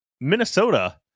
Minnesota